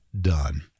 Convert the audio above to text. Done